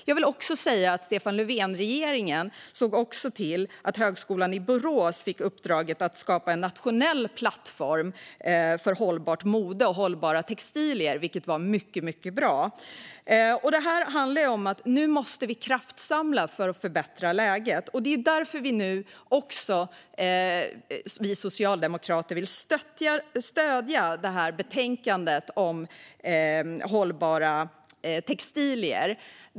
Jag vill också säga att Stefan Löfvens regering såg till att Högskolan i Borås fick i uppdrag att skapa en nationell plattform för hållbart mode och hållbara textilier, vilket var mycket bra. Nu måste vi kraftsamla för att förbättra läget. Därför vill vi socialdemokrater stödja det som föreslås i betänkandet om hållbara textilier.